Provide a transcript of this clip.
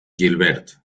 gilbert